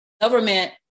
government